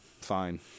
Fine